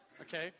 Okay